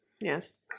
yes